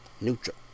Neutral